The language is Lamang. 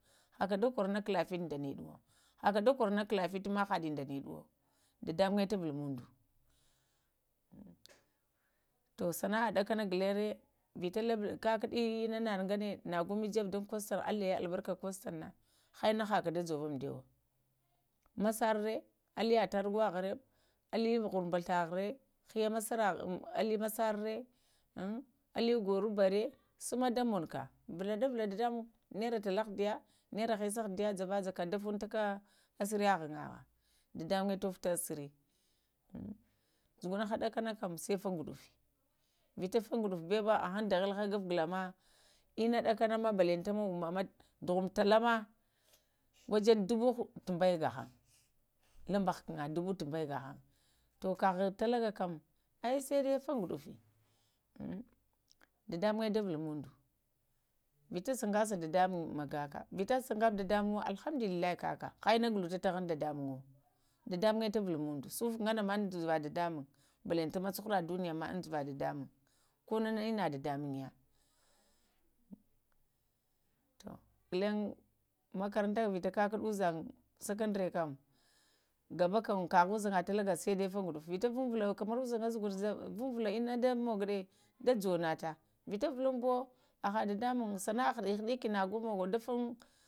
Haka dakworo na kala fiti danəɗuwo haka dakworo na klafina hadi danaduwo dadamuŋ tuvulmando tu sa'na'a daka na gulanra vita labali kakaɗi ina hana no go vone jebu dan kustom alah yayə albarka custom na halna hakaha da jazuwa to masarə alə atargawaha rə alə atargo rə alə ghuramɓaghlare alə misare əein alə gorobarə summa da monuka valaduvula da damasym narə tala ahdəya, nara hara ahdy javakaka da funta asiriygha, ahdadamyr da fanta asərə zugunha ɗakanakam sai fa gudufə vita fagudufi bawaya ba agha daghilha gaf gula ma inna dakanama balantanama ma ɗbrumuka tala ma da jebe dubu tambaya gahaŋn labba afkana baba tambaya gahalə tu kaha talaga kam aə saldə fagudufi ah dadamuŋya da valuntan do vita sagasa dadamurym magaka vita sagabu dadamuŋwo na alhamdulillahə kaka ha inna guluta tahan dadamaŋwo, dadamuŋya tuvulmondo sufu gahama avala dadamaŋm balantanama cuharadunya ma avalada damuŋm kona ma əe ina dadamuŋm to ghulən kakaranta vita kakaɗa uzanŋ sakandriya kam gaba kam kaha ugega talayakam sai-dai fa gudafə, vita vunvulə, kamar uzanga zuguvə vunvula əna damogo ɗə da jonata vita vulanbowo haha dedamuŋm sana'a haɗahənaka nago da mogo da fan.